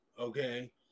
Okay